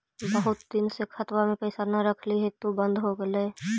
बहुत दिन से खतबा में पैसा न रखली हेतू बन्द हो गेलैय?